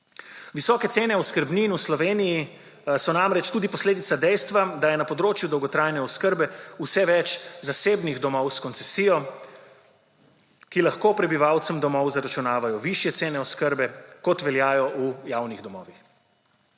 Visoke cene oskrbnin v Sloveniji so namreč tudi posledica dejstva, da je na področju dolgotrajne oskrbe vse več zasebnih domov s koncesijo, ki lahko prebivalcem domov zaračunavajo višje cene oskrbe kot veljajo v javnih domovih.